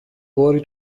κόρη